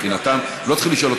מבחינתם לא צריך לשאול.